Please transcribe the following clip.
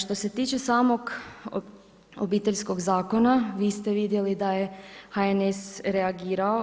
Što se tiče samog obiteljskog zakona, vi ste vidjeli da je HNS reagirao.